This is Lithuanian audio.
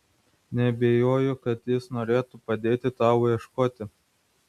neabejoju kad jis norėtų padėti tau ieškoti